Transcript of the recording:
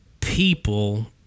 people